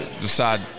decide